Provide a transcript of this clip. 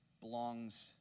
belongs